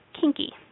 Kinky